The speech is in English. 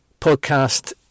podcast